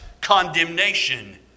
condemnation